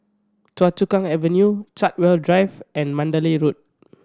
Choa Chu Kang Avenue Chartwell Drive and Mandalay Road